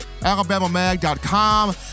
alabamamag.com